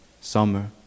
summer